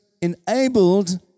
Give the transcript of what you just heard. enabled